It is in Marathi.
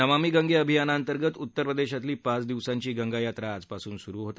नमामि गंगे अभियानाअंतर्गत उत्तर प्रदेशातली पाच दिवसांची गंगा यात्रा आजपासून पासून सुरू होत आहे